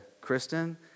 Kristen